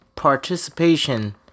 participation